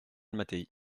mattei